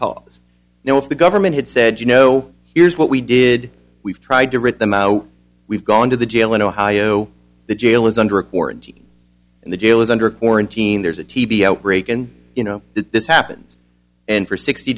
cause now if the government had said you know here's what we did we've tried to rip them out we've gone to the jail in ohio the jail is under quarantine and the jail is under quarantine there's a t v outbreak and you know this happens and for sixty